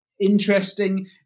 interesting